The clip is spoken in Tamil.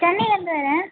சென்னைலிருந்து வரேன்